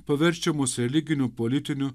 paverčia mus religiniu politiniu